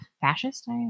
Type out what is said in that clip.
fascist